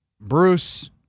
Bruce